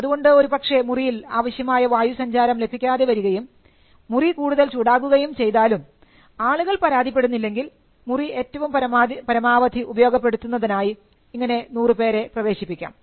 അതുകൊണ്ട് ഒരുപക്ഷേ മുറിയിൽ ആവശ്യമായ വായു സഞ്ചാരം ലഭിക്കാതെ വരികയും മുറി കൂടുതൽ ചൂടാകുകയും ചെയ്താലും ആളുകൾ പരാതിപ്പെടുന്നില്ലെങ്കിൽ മുറി ഏറ്റവും പരമാവധി ഉപയോഗപ്പെടുത്തുന്നതിനായി ഇങ്ങനെ 100 പേരെ പ്രവേശിപ്പിക്കാം